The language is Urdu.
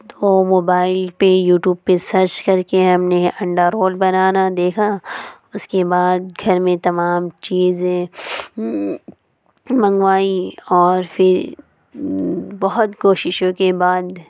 تو موبائل پہ یوٹیوب پہ سرچ کر کے ہم نے انڈا رول بنانا دیکھا اس کے بعد گھر میں تمام چیزیں منگوائیں اور پھر بہت کوششوں کے بعد